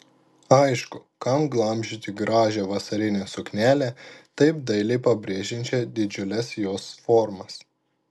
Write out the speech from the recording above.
aišku kam glamžyti gražią vasarinę suknelę taip dailiai pabrėžiančią didžiules jos formas